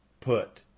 put